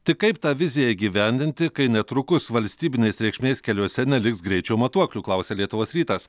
tik kaip tą viziją įgyvendinti kai netrukus valstybinės reikšmės keliuose neliks greičio matuoklių klausia lietuvos rytas